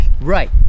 Right